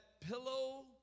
pillow